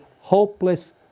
hopeless